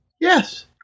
Yes